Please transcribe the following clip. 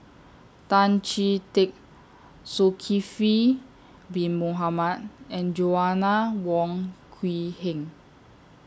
Tan Chee Teck Zulkifli Bin Mohamed and Joanna Wong Quee Heng